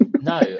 No